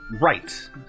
Right